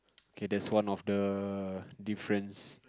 okay that's one of the difference